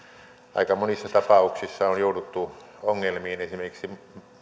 aika monissa tapauksissa on jouduttu ongelmiin esimerkiksi